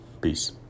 peace